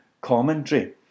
commentary